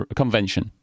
convention